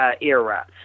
era